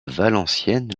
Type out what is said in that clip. valenciennes